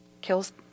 kills